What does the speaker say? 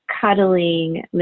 cuddling